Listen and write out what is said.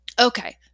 Okay